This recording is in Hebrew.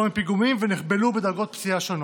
מפיגומים ונחבלו בדרגות פציעה שונות.